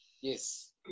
Yes